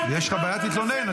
יש לך בעיה, תתלונן.